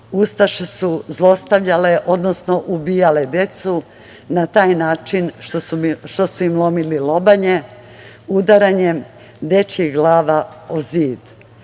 ustaše su zlostavljale, odnosno ubijale decu na taj način što su im lomili lobanje udaranjem dečijih glava o zid.